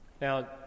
Now